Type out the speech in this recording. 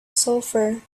sulfur